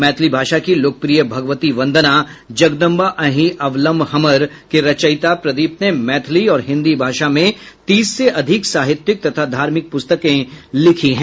मैथिली भाषा की लोकप्रिय भगवती वंदना जगदंब अहिं अवलंब हमर के रचयिता प्रदीप ने मैथिली और हिन्दी भाषा में तीस से अधिक साहित्यिक तथा धार्मिक प्रस्तकें लिखी हैं